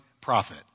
prophet